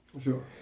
Sure